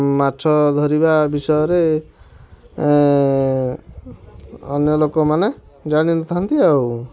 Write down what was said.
ମାଛ ଧରିବା ବିଷୟରେ ଅନ୍ୟ ଲୋକମାନେ ଜାଣି ନଥାଆନ୍ତି ଆଉ